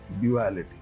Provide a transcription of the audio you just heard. duality